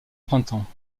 printemps